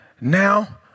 now